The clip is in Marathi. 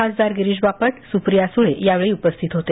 खासदार गिरीश बापट आणि सुप्रिया सुळे यावेळी उपस्थित होते